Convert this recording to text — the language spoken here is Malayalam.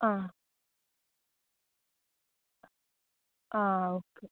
ആ ആ ഓക്കെ